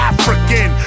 African